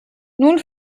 nun